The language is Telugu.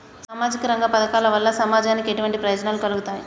సామాజిక రంగ పథకాల వల్ల సమాజానికి ఎటువంటి ప్రయోజనాలు కలుగుతాయి?